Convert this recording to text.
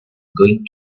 going